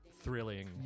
thrilling